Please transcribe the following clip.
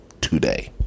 Today